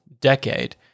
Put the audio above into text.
decade